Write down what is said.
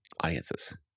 audiences